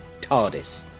tardis